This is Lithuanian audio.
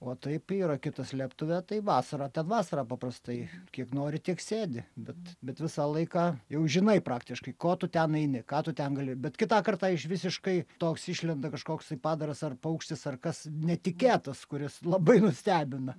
o taip yra kita slėptuvė tai vasarą ten vasarą paprastai kiek nori tiek sėdi bet bet visą laiką jau žinai praktiškai ko tu ten eini ką tu ten gali bet kitą kartą iš visiškai toks išlenda kažkoksai padaras ar paukštis ar kas netikėtas kuris labai nustebina